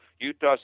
Utah